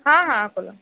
हां हां बोला